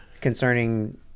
concerning